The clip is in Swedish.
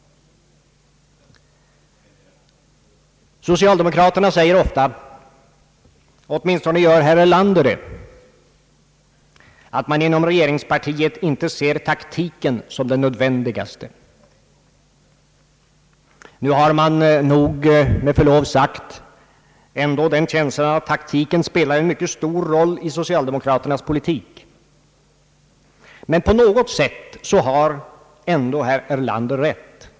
Socialdemokraterna säger ofta — åtminstone gör herr Erlander det — att man inom regeringspartiet inte ser taktiken som det nödvändigaste. Nu har man nog, med förlov sagt, den känslan att taktiken spelar en mycket stor roll i socialdemokraternas politik. Men på något sätt har ändå herr Erlander rätt.